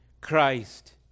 Christ